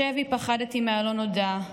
בשבי פחדתי מהלא-נודע,